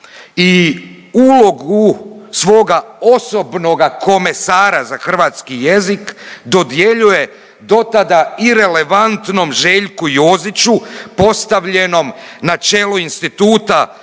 i ulogu svoga osobnoga komesara za hrvatski jezik dodjeljuje dotada irelevantnom Željku Joziću postavljenom na čelo Instituta